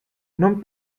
non